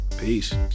Peace